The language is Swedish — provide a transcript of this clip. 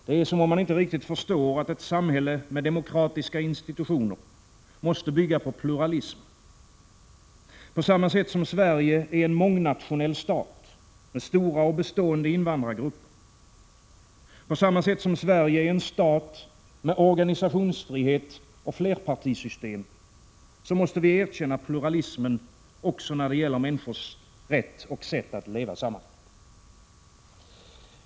Det är som om man inte riktigt förstår att ett samhälle med demokratiska institutioner måste bygga på pluralism. På samma sätt som Sverige är en mångnationell stat med stora och bestående invandrargrupper, på samma sätt som Sverige är en stat med organisationsfrihet och flerpartisystem, så måste vi erkänna pluralismen också då det gäller människors rätt och sätt att leva samman.